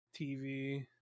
TV